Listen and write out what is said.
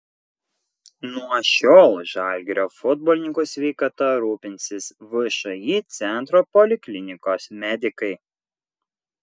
nuo šiol žalgirio futbolininkų sveikata rūpinsis všį centro poliklinikos medikai